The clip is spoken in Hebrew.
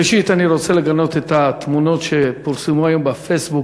ראשית אני רוצה לגנות את פרסום התמונות של שר האוצר היום בפייסבוק.